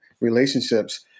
relationships